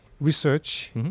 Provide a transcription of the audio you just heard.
research